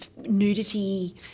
nudity